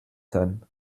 sein